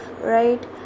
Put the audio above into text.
right